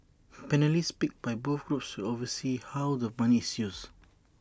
panellists picked by both groups oversee how the money is used